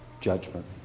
judgment